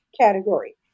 category